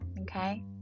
Okay